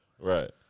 Right